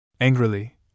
Angrily